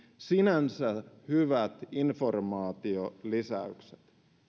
sinänsä hyvät informaatiolisäykset